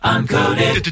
Uncoded